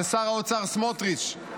ששר האוצר סמוטריץ',